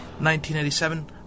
1987